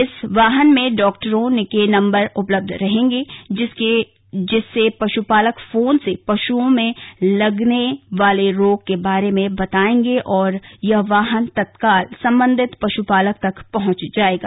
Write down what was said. इस वाहन में डाक्टरों के नम्बर उपलब्ध रहेंगे जिससे पशुपालक फोन से पशुओं में लगने वाले रोग के बारे में बतायेंगे और यह वाहन तत्काल सम्बन्धित पशुपालक तक पहुंच जायेगा